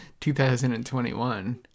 2021